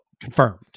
confirmed